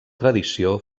tradició